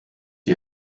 die